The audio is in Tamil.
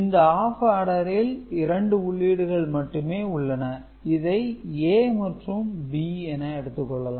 இந்த ஆப் ஆர்டரில் 2 உள்ளீடுகள் மட்டுமே உள்ளன இதை A மற்றும் B என எடுத்துக்கொள்ளலாம்